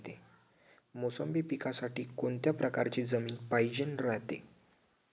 मोसंबी पिकासाठी कोनत्या परकारची जमीन पायजेन रायते?